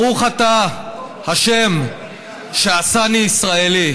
לא קמים ואומרים: ברוך אתה השם שעשני ישראלי.